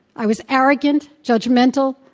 i was arrogant, judgmental,